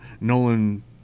Nolan